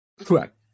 Correct